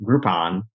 Groupon